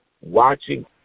watching